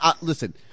listen